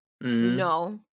no